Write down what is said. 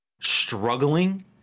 struggling